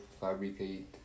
fabricate